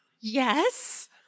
Yes